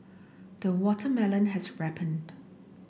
the watermelon has ripened